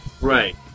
Right